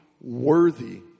worthy